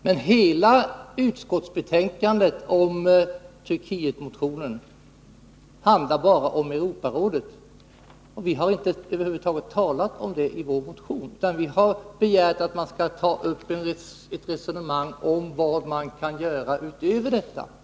Men hela utskottsskrivningen beträffande Turkietmotionen handlar bara om Europarådet, och vi har över huvud taget inte talat om det i vår motion, utan begärt att man skall ta upp ett resonemang om vad som kan göras utöver detta.